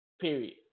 Period